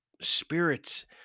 spirits